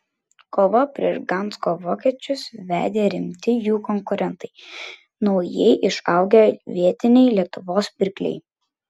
kovą prieš gdansko vokiečius vedė rimti jų konkurentai naujai išaugę vietiniai lietuvos pirkliai